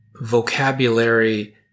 vocabulary